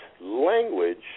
language